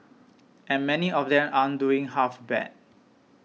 and many of them aren't doing half bad